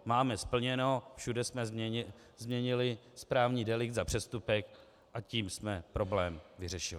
Máme splněno, všude jsme změnili správní delikt za přestupek, a tím jsme problém vyřešili.